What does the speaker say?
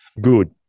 Good